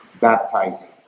baptizing